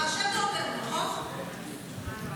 כשאתה רוצה להגיד לי לסתום או להעיף אותי,